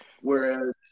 Whereas